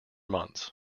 months